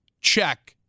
check